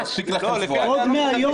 מספיק לכם שבועיים.